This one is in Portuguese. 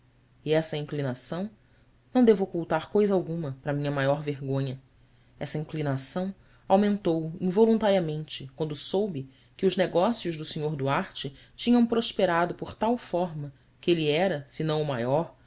e essa inclinação não devo ocultar coisa alguma para minha maior vergonha essa inclinação aumentou involuntariamente quando soube que os negócios do sr duarte tinham prosperado por tal forma que ele era se não o maior